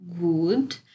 good